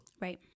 right